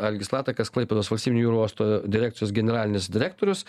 algis latakas klaipėdos valstybinio jūrų uosto direkcijos generalinis direktorius